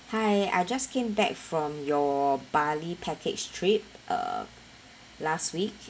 hi I just came back from your bali package trip uh last week